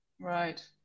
Right